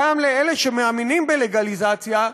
גם לאלה שמאמינים בלגליזציה,